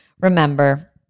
Remember